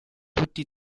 tutti